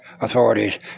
authorities